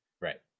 Right